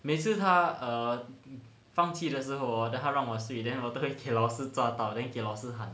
每次他放弃的时候 hor 他让我睡我都会给老师抓到给老师喊